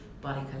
Body